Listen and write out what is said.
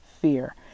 fear